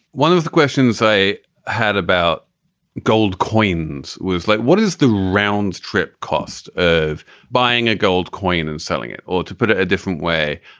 one of the questions they had about gold coins was like, what is the round trip cost of buying a gold coin and selling it or to put it a different way?